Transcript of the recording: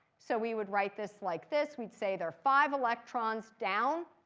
so we would write this like this. we'd say there are five electrons down.